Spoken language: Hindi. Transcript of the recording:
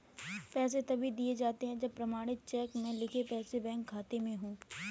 पैसे तभी दिए जाते है जब प्रमाणित चेक में लिखे पैसे बैंक खाते में हो